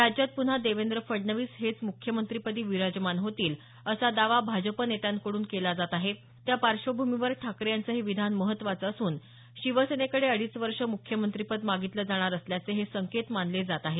राज्यात पुन्हा देवेंद्र फडणवीस हेच मुख्यमंत्रिपदी विराजमान होतील असा दावा भाजप नेत्यांकडून केला जात आहे त्या पार्श्वभूमीवर ठाकरे यांचं हे विधान महत्त्वाचं असून शिवसेनेकडे अडीच वर्ष मुख्यमंत्रिपद मागितलं जाणार असल्याचे हे संकेत मानले जात आहेत